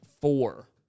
four